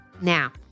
Now